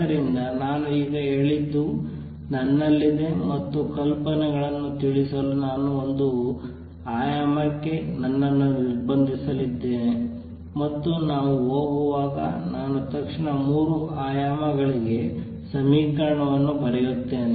ಆದ್ದರಿಂದ ನಾನು ಈಗ ಹೇಳಿದ್ದು ನನ್ನಲ್ಲಿದೆ ಮತ್ತು ಕಲ್ಪನೆಗಳನ್ನು ತಿಳಿಸಲು ನಾನು ಒಂದು ಆಯಾಮಕ್ಕೆ ನನ್ನನ್ನು ನಿರ್ಬಂಧಿಸಲಿದ್ದೇನೆ ಮತ್ತು ನಾವು ಹೋಗುವಾಗ ನಾನು ತಕ್ಷಣ 3 ಆಯಾಮಗಳಿಗೆ ಸಮೀಕರಣವನ್ನು ಬರೆಯುತ್ತೇನೆ